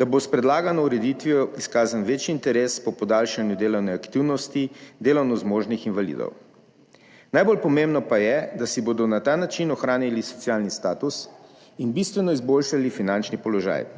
da bo s predlagano ureditvijo izkazan večji interes po podaljšanju delovne aktivnosti delovno zmožnih invalidov. Najbolj pomembno pa je, da bodo na ta način ohranili socialni status in bistveno izboljšali finančni položaj.